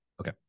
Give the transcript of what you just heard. Okay